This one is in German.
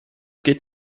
geht